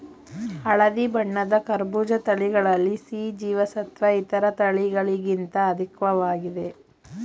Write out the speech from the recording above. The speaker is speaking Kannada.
ಹಳದಿ ಬಣ್ಣದ ಕರ್ಬೂಜ ತಳಿಗಳಲ್ಲಿ ಸಿ ಜೀವಸತ್ವ ಇತರ ತಳಿಗಳಿಗಿಂತ ಅಧಿಕ್ವಾಗಿದೆ